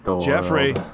Jeffrey